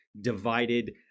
divided